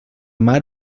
mar